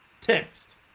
text